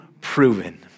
proven